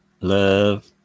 love